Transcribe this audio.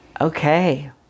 Okay